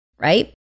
Right